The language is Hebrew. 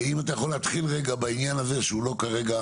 והאם אתה יכול להתחיל בעניין שהוא לא כרגע